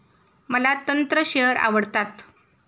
मला तंत्र शेअर आवडतात